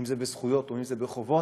אם זה בזכויות ואם זה בחובות,